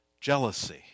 jealousy